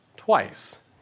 Twice